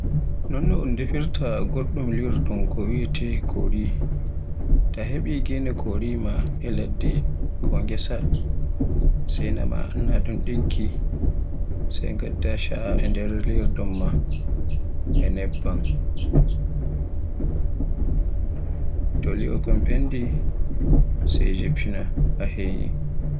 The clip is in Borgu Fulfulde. Non no un hautata goɗɗum liyorɗum ko wiyeete Kori, tana heɓi gene Kori ma e ladde ko ngessa caa e nder liyorɗum maa e nebban. To li'o kon ɓendi sai jiffina a heyni.